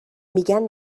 میگن